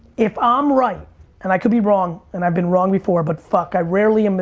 if i'm right and i could be wrong and i've been wrong before but fuck i rarely, um ah